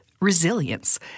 resilience